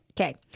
okay